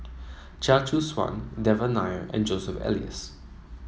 Chia Choo Suan Devan Nair and Joseph Elias